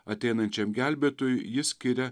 ateinančiam gelbėtoju ji skiria